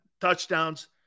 touchdowns